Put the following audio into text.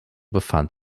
befand